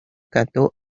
cantó